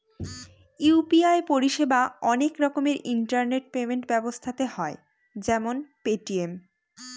UPI পরিষেবা অনেক রকমের ইন্টারনেট পেমেন্ট ব্যবস্থাতে হয় যেমন পেটিএম